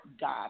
God